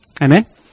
Amen